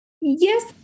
Yes